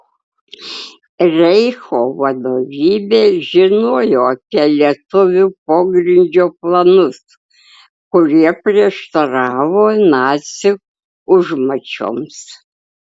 reicho vadovybė žinojo apie lietuvių pogrindžio planus kurie prieštaravo nacių užmačioms